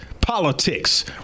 politics